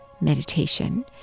meditation